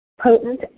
potent